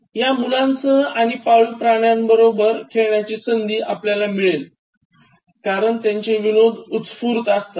या मुलांसह आणि पाळीव प्राण्यांबरोबर खेळण्याच्या संधी आपल्याला मिळेल कारण त्यांचे विनोद उतर्स्फूर्त असतात